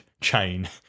chain